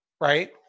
right